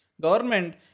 Government